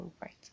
right